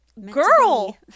Girl